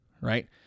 Right